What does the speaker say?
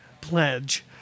pledge